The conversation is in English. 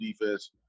defense